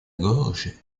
gorge